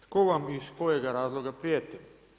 Tko vam iz kojega razloga prijeti?